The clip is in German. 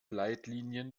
leitlinien